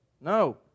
No